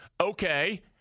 Okay